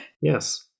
Yes